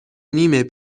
نیم